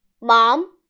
Mom